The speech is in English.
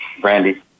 Brandy